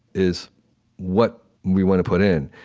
is what we want to put in.